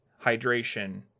hydration